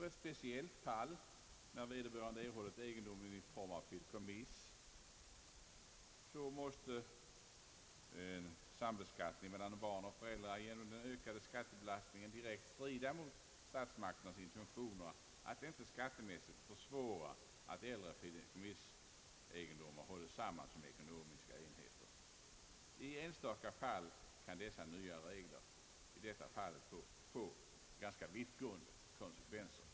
I ett speciellt fall, nämligen när vederbörande erhållit jordegendom i form av fideikommiss, måste sambeskattning mellan barn och föräldrar genom den ökade skattebelastningen direkt strida mot statsmakternas intentioner att inte skattemässigt försvåra att äldre fideikommissegendomar hålles samman som ekonomiska enheter. I enstaka fall kan dessa nya regler få ganska vittgående konsekvenser.